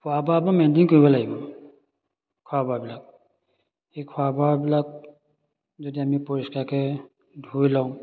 খোৱা বোৱাবোৰ মেইনটেইন কৰিব লাগিব খোৱা বোৱাবিলাক সেই খোৱা বোৱাবিলাক যদি আমি পৰিষ্কাৰকৈ ধুই লওঁ